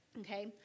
okay